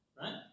Right